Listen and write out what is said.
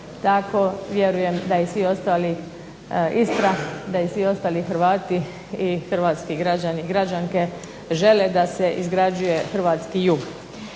tako vjerujem da i svi ostali Istra, da i svi ostali Hrvati i hrvatski građani, građanke žele da se izgrađuje hrvatski jug.